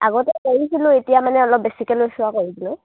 আগতে কৰিছিলোঁ এতিয়া মানে অলপ বেছিকৈ লৈছোঁ আৰু কৰিবলৈ